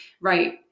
right